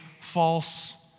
false